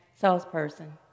salesperson